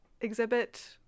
exhibit